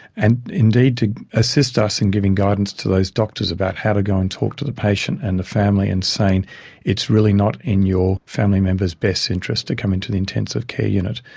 and indeed to assist us in giving guidance to those doctors about how to go and talk to the patient and the family and saying it's really not in your family member's best interest to come into the intensive care unit.